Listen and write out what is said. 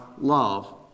love